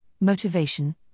Motivation